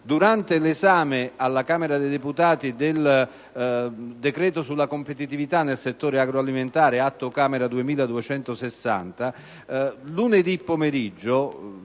durante l'esame alla Camera dei deputati del decreto sulla competitività nel settore agroalimentare (Atto Camera n. 2260), lo scorso